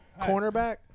cornerback